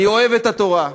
אני אוהב את התורה,